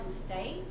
state